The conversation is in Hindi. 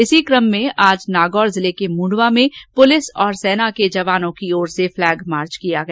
इसी कम में आज नागौर जिले के मूंडवा में पुलिस और सेना के जवानों की ओर से फलैग मार्च किया गया